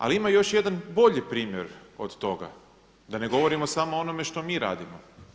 Ali ima još jedan bolji primjer od toga, da ne govorimo samo o onome što mi radimo.